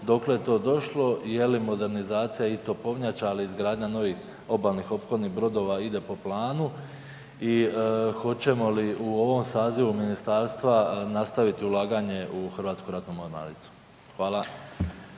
dokle je to došlo i je li modernizacija i topovnjača ali i izgradnja novih obalnih ophodnih brodova ide po planu i hoćemo li u ovom sazivu ministarstva nastaviti ulaganje u HRM? Hvala.